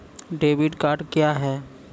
Debit card क्या हैं?